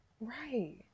right